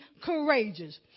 courageous